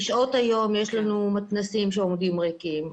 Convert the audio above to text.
בשעות היום יש לנו מתנ"סים שעומדים ריקים.